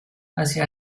hacia